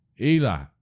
Eli